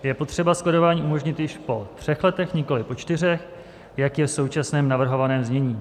Je potřeba skladování umožnit již po třech letech, nikoli po čtyřech, jak je v současném navrhovaném znění.